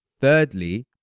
thirdly